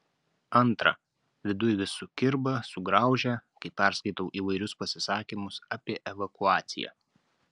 antra viduj vis sukirba sugraužia kai perskaitau įvairius pasisakymus apie evakuaciją